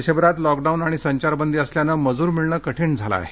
देशभरात lockdown आणि संचारबंदी असल्याने मज्र मिळणं कठीण झाले आहे